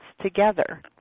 together